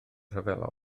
rhyfel